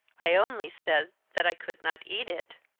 i only said that i could not eat it.